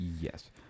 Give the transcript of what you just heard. Yes